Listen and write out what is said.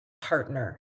partner